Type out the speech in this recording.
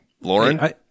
Lauren